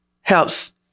helps